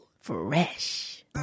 fresh